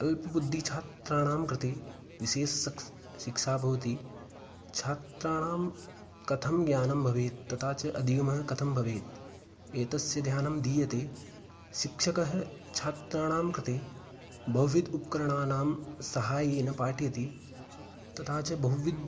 अल्पबुद्धिच्छात्राणां कृते विशेषशिक्षा भवति छात्राणां कथं ज्ञानं भवेत् तथा च अध्द्युमः कथं भवेत् एतस्य ध्यानं दीयते शिक्षकः छात्राणां कृते बहुविध उपकरणानां साहाय्येन पाठयति तथा च बहुविध